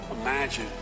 Imagine